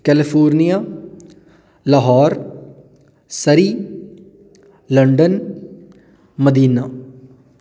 California Lahore Surrey London Madina